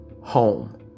home